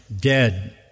dead